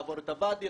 לעבור את הוואדי,